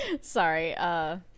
Sorry